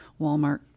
Walmart